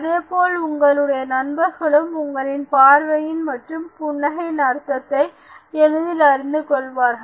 அதேபோல் உங்களுடைய நண்பர்களும் உங்களின் பார்வையின் மற்றும் புன்னகையின் அர்த்தத்தை எளிதில் அறிந்து கொள்வார்கள்